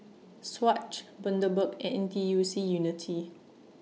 Swatch Bundaberg and N T U C Unity